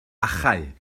achau